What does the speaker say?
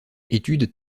étude